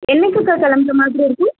என்னைக்குக்கா கிளம்புற மாதிரி இருக்கும்